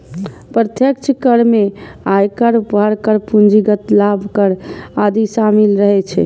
प्रत्यक्ष कर मे आयकर, उपहार कर, पूंजीगत लाभ कर आदि शामिल रहै छै